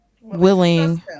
willing